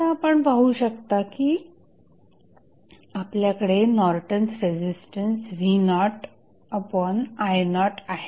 आता आपण पाहू शकता की आपल्याकडे नॉर्टन्स रेझिस्टन्स v0i0 आहे